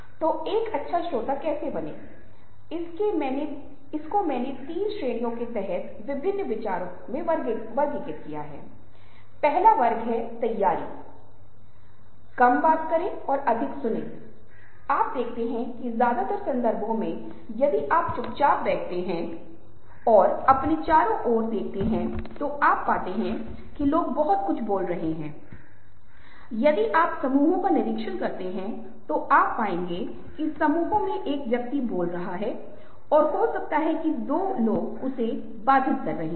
और वे बर्दाश्त नहीं कर सकते हैं इसका मतलब है कि वे आम तौर पर असहिष्णु हैं इसका कारण उनके व्यवहार के कारण बहुत सरल है क्योंकि वे सीधे आगे बढ़ते हैं क्योंकि वे सोचते हैं वे प्रत्यक्ष और सीधे आगे होने का गर्व करते हैं और इन गुणों के कारण वे इन चीजों के बारे में कभी परेशान नहीं करते हैं इसलिए स्वाभाविक रूप से ये चीजें उनकी कमजोरी बन जाती हैं